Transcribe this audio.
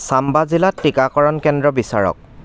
চাম্বা জিলাত টিকাকৰণ কেন্দ্ৰ বিচাৰক